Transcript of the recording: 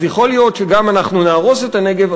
אז יכול להיות שגם אנחנו נהרוס את הנגב,